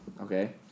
Okay